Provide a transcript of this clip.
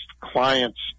clients